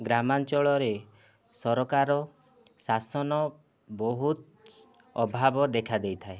ଗ୍ରାମାଞ୍ଚଳରେ ସରକାର ଶାସନ ବହୁତ ଅଭାବ ଦେଖାଦେଇଥାଏ